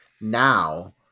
now